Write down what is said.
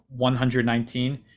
119